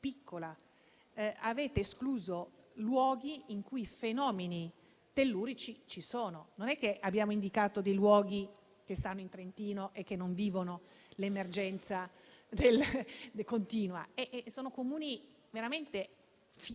Avete escluso luoghi in cui fenomeni tellurici ci sono; non abbiamo indicato dei luoghi che stanno in Trentino e che non vivono l'emergenza continua. Sono Comuni vicini